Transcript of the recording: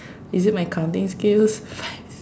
is it my counting skills five